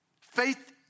Faith